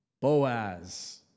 Boaz